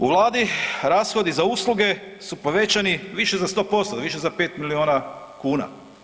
U Vladi rashodi za usluge su povećali više za 100%, više za 5 milijuna kuna.